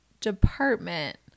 department